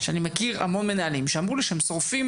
שאני מכיר המון מנהלים שאמרו לי שהם שורפים